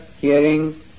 hearing